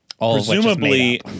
presumably